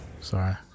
Sorry